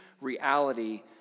reality